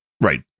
Right